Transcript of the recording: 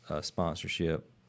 sponsorship